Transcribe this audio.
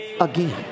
again